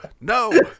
no